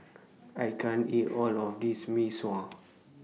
I can't eat All of This Mee Sua